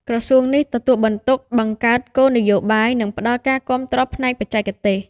ក្រសួងនេះទទួលបន្ទុកបង្កើតគោលនយោបាយនិងផ្តល់ការគាំទ្រផ្នែកបច្ចេកទេស។